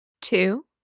Two